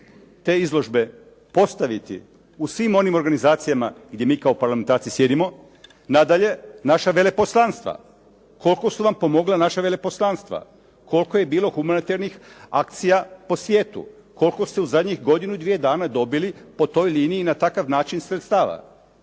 te izložbe postaviti u svim onim organizacijama gdje mi kao parlamentarci sjedimo. Nadalje, naša veleposlanstva, koliko su vam pomogla naša veleposlanstva? Koliko je bilo humanitarnih akcija po svijetu? koliko se u zadnjih godinu, dvije dana dobili po toj liniji na takav način sredstava?